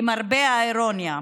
למרבה האירוניה.